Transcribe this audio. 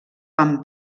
van